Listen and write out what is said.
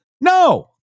no